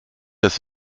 das